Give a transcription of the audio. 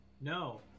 No